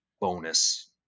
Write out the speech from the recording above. bonus